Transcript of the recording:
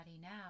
now